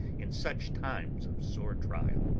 in such times of sore trial!